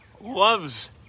loves